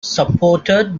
supported